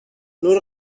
نور